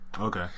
Okay